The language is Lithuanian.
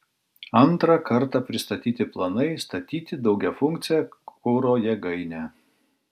antrą kartą pristatyti planai statyti daugiafunkcę kuro jėgainę